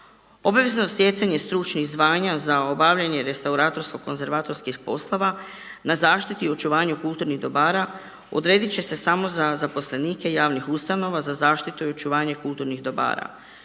Obavezno stjecanje stručnih zvanja za obavljanje restauratorsko konzervatorskih poslova na zaštiti i očuvanju kulturnih dobara odredit će se samo za zaposlenike javnih ustanova za zaštitu i očuvanje kulturnih dobara